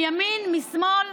מימין ומשמאל,